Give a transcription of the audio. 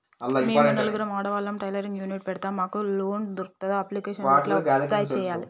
మేము నలుగురం ఆడవాళ్ళం టైలరింగ్ యూనిట్ పెడతం మాకు లోన్ దొర్కుతదా? అప్లికేషన్లను ఎట్ల అప్లయ్ చేయాలే?